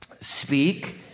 Speak